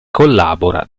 collabora